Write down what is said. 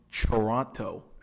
Toronto